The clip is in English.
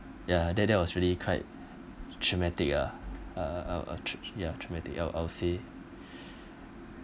ya that that was really quite traumatic ah uh trau~ ya traumatic I'd I'd say